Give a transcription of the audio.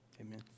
Amen